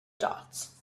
dots